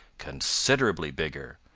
considerably bigger.